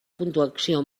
puntuació